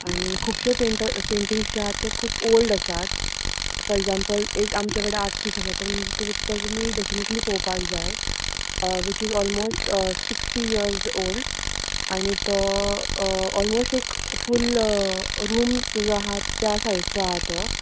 आनी खूबश्यो painters paintings जे आसा ते खूब ओल्ड आसात फोर एगझांपल एक आमचे कडेन आर्टिस्ट आसा तो तुमी डेफिनेटली पळोवपाक जाय which is almost sixty years old आनी तो ओलमोस्ट एक फूल रूम जो आसा त्या सायझिचो आसा तो